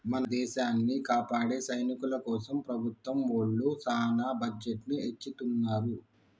మన దేసాన్ని కాపాడే సైనికుల కోసం ప్రభుత్వం ఒళ్ళు సాన బడ్జెట్ ని ఎచ్చిత్తున్నారు